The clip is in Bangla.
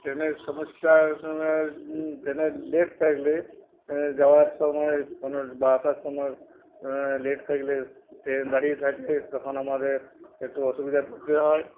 ট্রেনের সমস্যা ট্রেনে লেট থাকলে যাওয়ার সময় কোনো বাসার সময় লেট থাকলে ট্রেন দাঁড়িয়ে থাকে তখন আমাদের একটু অসুবিধা পড়তে হয়